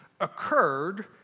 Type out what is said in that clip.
occurred